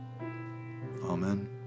Amen